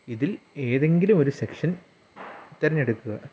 ഇതിൽ ഏതെങ്കിലുമൊരു സെക്ഷൻ തെരഞ്ഞെടുക്കുക